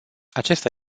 acesta